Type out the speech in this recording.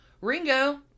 Ringo